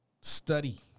study